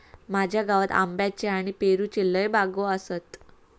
माझ्या गावात आंब्याच्ये आणि पेरूच्ये लय बागो आसत